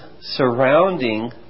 surrounding